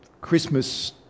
Christmas